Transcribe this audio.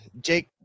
Jake